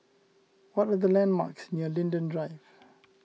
what are the landmarks near Linden Drive